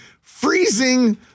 freezing